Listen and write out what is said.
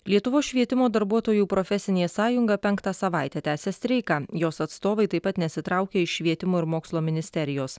lietuvos švietimo darbuotojų profesinė sąjunga penktą savaitę tęsia streiką jos atstovai taip pat nesitraukia iš švietimo ir mokslo ministerijos